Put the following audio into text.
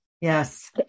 Yes